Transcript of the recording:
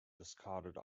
discarded